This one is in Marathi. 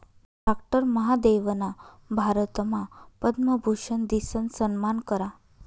डाक्टर महादेवना भारतमा पद्मभूषन दिसन सम्मान करा